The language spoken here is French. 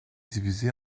divisé